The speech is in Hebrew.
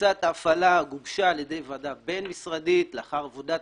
תפיסת ההפעלה גובשה על ידי ועדה בין משרדית לאחר עבודת